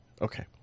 Okay